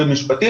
ומשפטית,